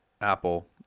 Apple